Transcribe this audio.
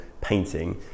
painting